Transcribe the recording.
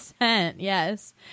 Yes